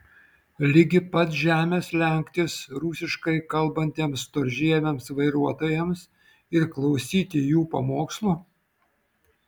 ligi pat žemės lenktis rusiškai kalbantiems storžieviams vairuotojams ir klausyti jų pamokslų